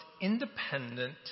independent